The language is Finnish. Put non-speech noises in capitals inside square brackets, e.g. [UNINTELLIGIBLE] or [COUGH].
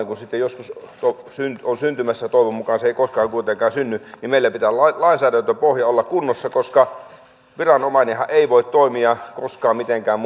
[UNINTELLIGIBLE] kun sitten joskus se mahdollinen tilanne on syntymässä toivon mukaan se ei koskaan kuitenkaan synny meillä pitää olla lainsäädäntöpohja kunnossa koska viranomainenhan ei voi toimia koskaan mitenkään [UNINTELLIGIBLE]